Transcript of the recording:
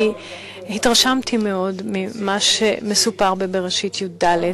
אני התרשמתי מאוד ממה שמסופר בבראשית י"ד,